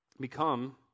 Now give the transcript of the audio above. become